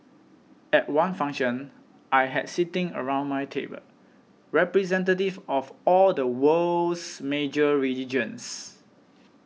at one function I had sitting around my table representatives of all the world's major religions